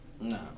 No